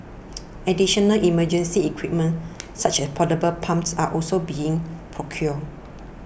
additional emergency equipment such as portable pumps are also being procured